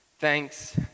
thanks